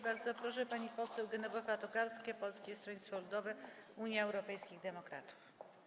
Bardzo proszę, pani poseł Genowefa Tokarska, Polskie Stronnictwo Ludowe - Unia Europejskich Demokratów.